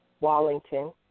Wallington